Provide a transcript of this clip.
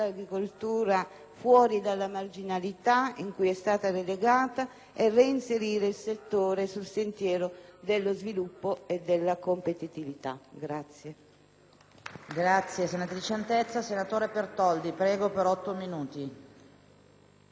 fuori dalla marginalità in cui è stata relegata e reinserire il settore sul sentiero dello sviluppo e della competitività.